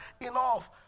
enough